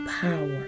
power